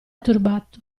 turbato